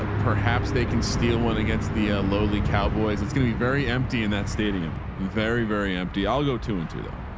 ah perhaps they can steal one against the lowly cowboys. it's going to be very empty in that stadium. very, very empty. i'll go two and two though.